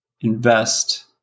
invest